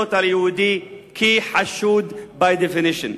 מסתכלות על יהודי כעל חשוד by definition,